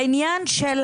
בעניין של